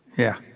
yeah.